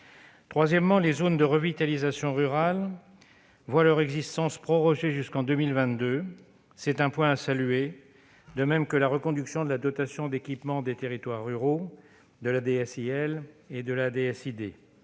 troisième concerne les zones de revitalisation rurale qui voient leur existence prorogée jusqu'en 2022 : c'est un point à saluer, de même que la reconduction de la dotation d'équipement des territoires ruraux (DETR), de la